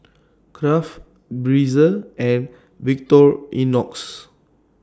Kraft Breezer and Victorinox